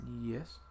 Yes